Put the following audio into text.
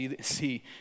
see